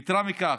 יתרה מכך,